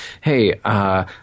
hey –